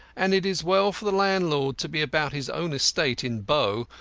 and it is well for the landlord to be about his own estate in bow,